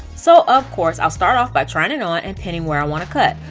so of course i'll start off by trying it on and pinning where i want to cut,